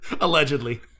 Allegedly